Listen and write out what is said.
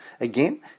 again